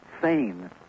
sane